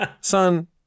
son